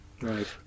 Right